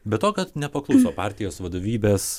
be to kad nepakluso partijos vadovybės